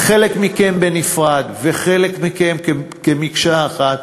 עם חלק מכם בנפרד וחלק מכם כמקשה אחת,